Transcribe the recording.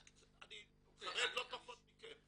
חרד לא פחות מכם.